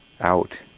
out